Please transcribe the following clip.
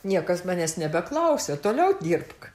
niekas manęs nebeklausė toliau dirbk